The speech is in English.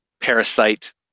Parasite